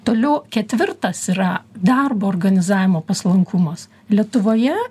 toliau ketvirtas yra darbo organizavimo paslankumas lietuvoje